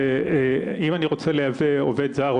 שאם אני רוצה לייבא עובד זר,